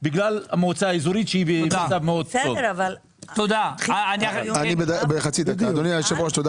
מה שאני שמח, שחברי הכנסת פה אחד מכל